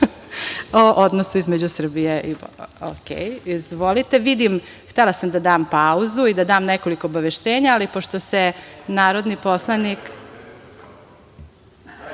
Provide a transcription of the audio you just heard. o odnosu između Srbije i BiH.Izvolite, vidim, htela sam da dam pauzu i da dam nekoliko obaveštenja, ali pošto se narodni poslanik